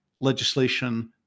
legislation